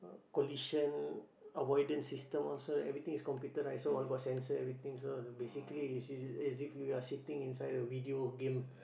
collision avoidance system also everything is computerized so all got sensor everything so basically you see as if you are sitting inside a video game